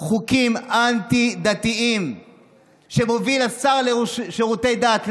חוקים אנטי-דתיים שמוביל השר לשירותי דת,